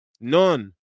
None